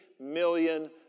million